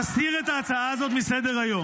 תסיר את ההצעה הזאת מסדר-היום.